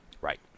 right